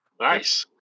Nice